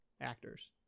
actors